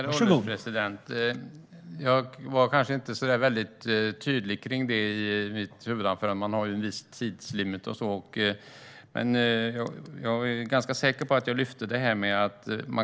Herr ålderspresident! Jag var kanske inte riktigt tydlig i mitt huvudanförande - man har ju en viss tidslimit - men jag är ganska säker på att jag lyfte upp detta.